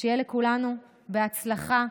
שיהיה לכולנו בהצלחה,